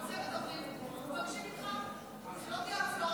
מבקשים ממך שלא תהיה הצבעה היום,